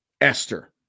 Esther